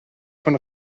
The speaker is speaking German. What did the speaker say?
von